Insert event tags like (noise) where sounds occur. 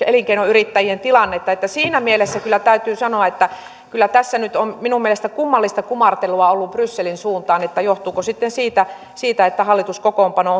(unintelligible) elinkeinoyrittäjien tilannetta siinä mielessä kyllä täytyy sanoa että kyllä tässä nyt on minun mielestäni kummallista kumartelua ollut brysselin suuntaan johtuuko sitten siitä siitä että hallituskokoonpano (unintelligible)